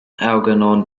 algernon